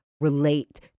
relate